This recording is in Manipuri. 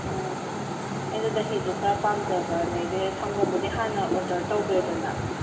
ꯑꯣ ꯑꯩꯗꯣ ꯗꯍꯤꯗꯣ ꯈꯔ ꯄꯥꯝꯖꯕ ꯑꯗꯒꯤꯗ ꯁꯪꯒꯣꯝꯕꯨꯗꯤ ꯍꯥꯟꯅ ꯑꯣꯔꯗꯔ ꯇꯧꯈ꯭ꯔꯦꯗꯅ